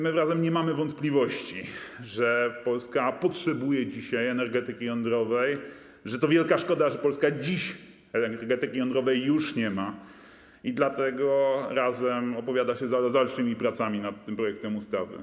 My w Razem nie mamy wątpliwości, że Polska potrzebuje dzisiaj energetyki jądrowej, że to wielka szkoda, że Polska dziś energetyki jądrowej już nie ma, i dlatego Razem opowiada się za dalszymi pracami nad tym projektem ustawy.